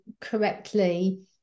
correctly